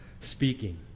speaking